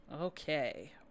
Okay